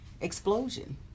explosion